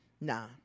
Nah